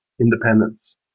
independence